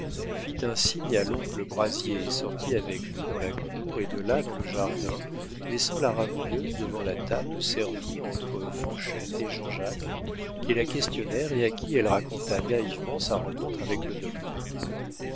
fit un signe à l'oncle brazier et sortit avec lui dans la cour et de là dans le jardin laissant la rabouilleuse devant la table servie entre fanchette et jean-jacques qui la questionnèrent et à qui elle raconta naïvement sa rencontre avec le docteur